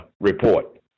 report